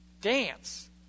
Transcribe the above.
Dance